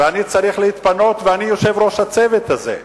ואני צריך להתפנות, ואני יושב-ראש הצוות הזה,